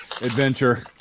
adventure